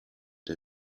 der